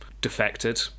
defected